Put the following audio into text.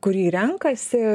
kurį renkasi